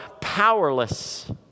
powerless